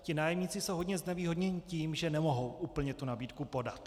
Ti nájemníci jsou hodně znevýhodněni tím, že nemohou úplně tu nabídku podat.